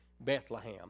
Bethlehem